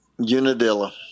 Unadilla